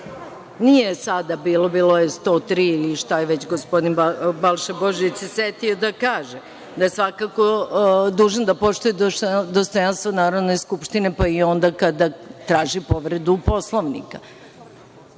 sada bilo, bio je 103. ili šta se već gospodin Balša Božović setio da kaže. Svakako je dužan da poštuje dostojanstvo Narodne skupštine, pa i onda kada traži povredu Poslovnika. Ne